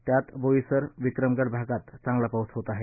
त्यात बोईसर विक्रमगड भागांत चांगला पाऊस होत आहे